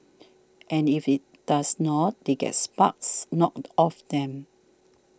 and if it does not they get sparks knocked off them